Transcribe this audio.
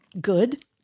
Good